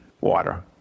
water